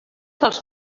dels